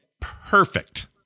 perfect